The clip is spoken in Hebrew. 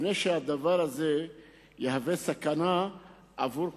לפני שהדבר הזה יהווה סכנה עבור כולנו.